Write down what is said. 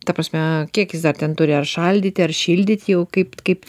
ta prasme kiek jis dar ten turi ar šaldyti ar šildyt jau kaip kaip